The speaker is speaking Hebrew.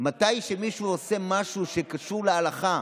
מתי שמישהו עושה משהו שקשור להלכה,